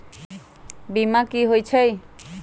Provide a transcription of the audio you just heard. बीमा कि होई छई?